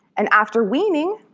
and after weaning,